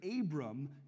abram